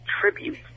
tribute